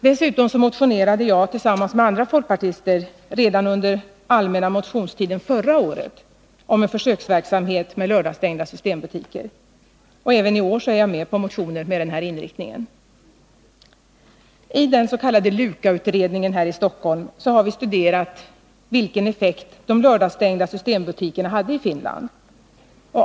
Dessutom motionerade jag tillsammans med andra folkpartister redan under allmänna motionstiden förra året om en försöksverksamhet med lördagsstängda systembutiker. Även i år är jag med på motioner med denna inriktning. I den s.k. LUKA-utredningen här i Stockholm har vi studerat vilken effekt de lördagsstängda systembutikerna hade i Finland.